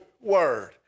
Word